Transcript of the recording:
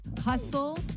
Hustle